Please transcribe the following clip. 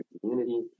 community